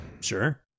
sure